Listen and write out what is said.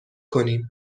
کنیم